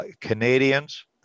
Canadians